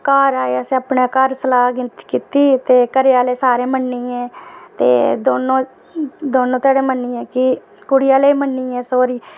घर आए अस अपने घर असें सलाह् गिनतरी कीती ते घरै आह्ले सारे मन्नी गे ते दोनों दोनों धड़े मन्नी गे की ते कुड़ी आह्ले बी मन्नी गे कि सौह्रिये